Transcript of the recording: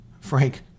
Frank